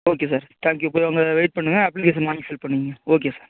okay sir thank you போய் அங்கே wait பண்ணுங்கள் அப்ளிகேஷன் வாங்கி ஃபில் பண்ணிங்க ஓகே சார்